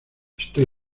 estoy